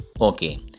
Okay